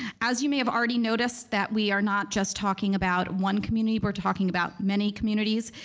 as you may have already noticed that we are not just talking about one community we're talking about many communities,